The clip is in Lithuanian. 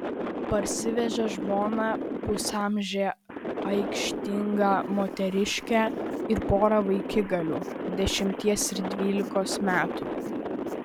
parsivežė žmoną pusamžę aikštingą moteriškę ir porą vaikigalių dešimties ir dvylikos metų